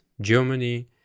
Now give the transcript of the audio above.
Germany